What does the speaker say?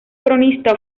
cronista